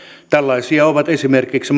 tällaisia ovat esimerkiksi